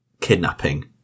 kidnapping